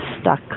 stuck